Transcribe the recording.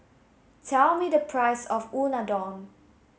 tell me the price of Unadon